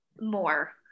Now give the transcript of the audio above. more